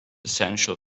essential